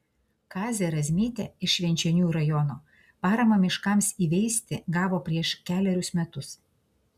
kazė razmytė iš švenčionių rajono paramą miškams įveisti gavo prieš kelerius metus